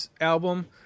album